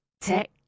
Tech